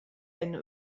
eine